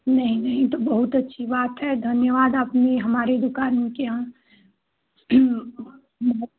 नहीं नहीं यह तो बहुत अच्छी बात है धन्यवाद आपने हमारी दुकान के यहाँ